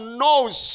knows